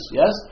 yes